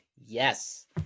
yes